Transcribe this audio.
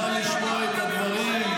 בוא תקריא את מה שלאודר אמר לנתניהו.